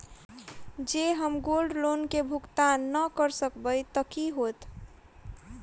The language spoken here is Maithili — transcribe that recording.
जँ हम गोल्ड लोन केँ भुगतान न करऽ सकबै तऽ की होत?